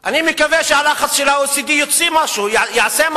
אני מקווה שהלחץ של ה-OECD יעשה משהו,